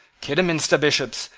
kidderminster bishops,